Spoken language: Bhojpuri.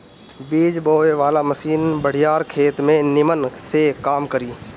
बीज बोवे वाला मशीन बड़ियार खेत में निमन से काम करी